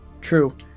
True